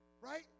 Right